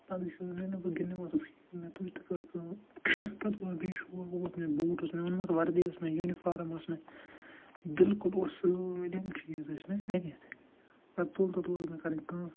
پتہٕ گٔے کٲم ییٚلہِ نہٕ بہٕ گِنٛدنہِ وۄتھُس کِہیٖنۍ مےٚ تُج تہٕ کٔر کٲم پتہٕ کوٚر مےٚ یہِ شوق ووق مےٚ بوٗٹھ اوس مےٚ اوٚنمُت وردی ٲس مےٚ یوٗنِفارم ٲس مےٚ بلکُل اوس سٲلِم چیٖز ٲسۍ مےٚ اَنِتھ پتہٕ تُل تہٕ تُل مےٚ کَرٕنۍ کٲم